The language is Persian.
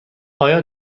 آیا